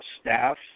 staff